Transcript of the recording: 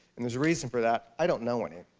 and there's a reason for that i don't know any!